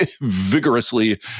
vigorously